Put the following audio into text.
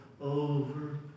over